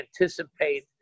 anticipate